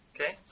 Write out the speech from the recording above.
Okay